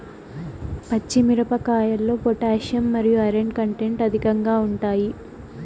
పచ్చి మిరపకాయల్లో పొటాషియం మరియు ఐరన్ కంటెంట్ అధికంగా ఉంటాయి